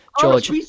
George